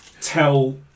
Tell